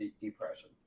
depression